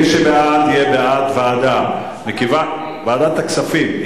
מי שבעד יהיה בעד ועדה, ועדת הכספים.